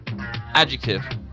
Adjective